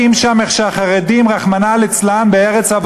שצעקה: החרדים הם סרטן השולח גרורות בכל מקום בארץ,